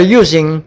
using